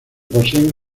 poseen